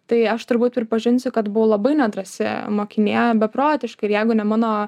tai aš turbūt pripažinsiu kad buvau labai nedrąsi mokinė beprotiškai ir jeigu ne mano